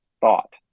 thought